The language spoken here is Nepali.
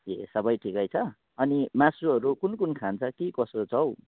ए सबै ठिकै छ अनि मासुहरू कुन कुन खान्छ कि कसो छ हौ